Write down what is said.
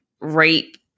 rape